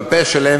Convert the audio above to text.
בפה שלהם,